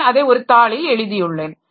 நான் அதை ஒரு தாளில் எழுதியுள்ளேன்